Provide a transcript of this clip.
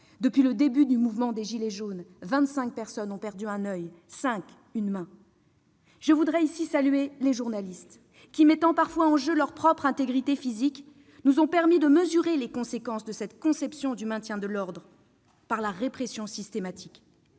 Depuis le début du mouvement des « gilets jaunes », vingt-cinq personnes ont perdu un oeil, cinq une main. Je voudrais ici saluer les journalistes, qui, mettant parfois en jeu leur propre intégrité physique, nous ont permis de mesurer les conséquences de cette conception du maintien de l'ordre par la répression systématique.